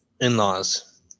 in-laws